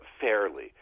fairly